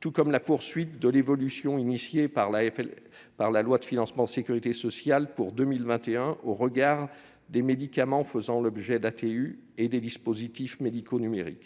tout comme la poursuite de l'évolution, engagée par la loi de financement de la sécurité sociale pour 2021, au regard des médicaments faisant l'objet d'autorisations temporaires